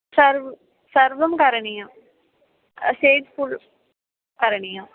सर्वं सर्वं करणीयं स्टेज् फ़ुळ् करणीयम्